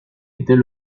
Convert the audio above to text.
était